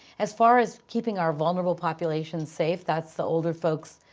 as far as keeping our vulnerable populations safe. that's the older folks,